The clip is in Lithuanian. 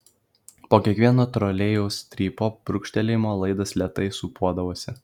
po kiekvieno trolėjaus strypo brūkštelėjimo laidas lėtai sūpuodavosi